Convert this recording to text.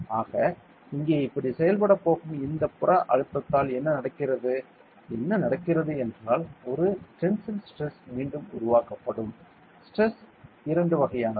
ஆக இங்கே இப்படிச் செயல்படப் போகும் இந்தப் புற அழுத்தத்தால் என்ன நடக்கிறது என்ன நடக்கிறது என்றால் ஒரு டென்சில் ஸ்டிரஸ் மீண்டும் உருவாக்கப்படும் ஸ்டிரஸ் இரண்டு வகையானது